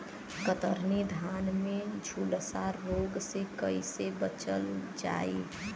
कतरनी धान में झुलसा रोग से कइसे बचल जाई?